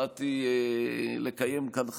באתי לקיים כאן חיים,